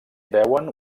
veuen